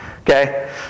Okay